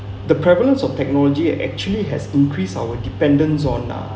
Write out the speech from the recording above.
the prevalence of technology actually has increased our dependence on nah